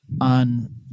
on